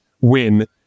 win